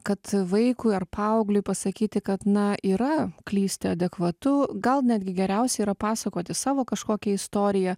kad vaikui ar paaugliui pasakyti kad na yra klysti adekvatu gal netgi geriausia yra pasakoti savo kažkokią istoriją